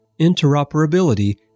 interoperability